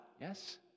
yes